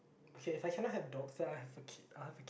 okay if I cannot have dogs then I'll have a kid I'll have